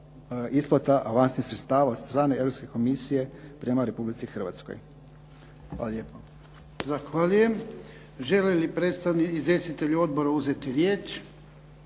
isplata avansnih sredstava od strane Europske komisije prema Republici Hrvatskoj. Hvala lijepo. **Jarnjak, Ivan (HDZ)** Zahvaljujem. Žele li izvjestitelji odbora uzeti riječ?